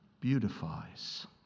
beautifies